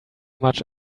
much